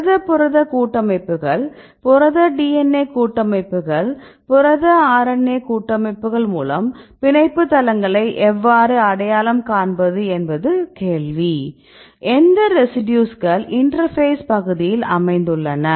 புரத புரத கூட்டமைப்புகள் புரத DNA கூட்டமைப்புகள் புரத RNA கூட்டமைப்புகள் மூலம் பிணைப்பு தளங்களை எவ்வாறு அடையாளம் காண்பது என்பது கேள்வி எந்த ரெசிடியூஸ்கள் இன்டெர்பேஸ் பகுதியில் அமைந்துள்ளன